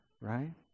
Right